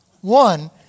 One